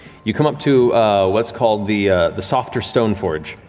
you come up to what's called the the softer stone forge,